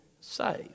saved